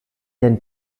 denn